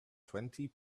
twenty